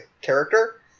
character